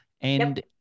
and-